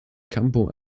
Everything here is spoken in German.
campo